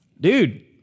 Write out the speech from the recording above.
dude